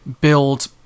build